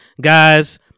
guys